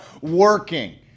working